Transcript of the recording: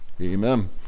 amen